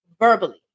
verbally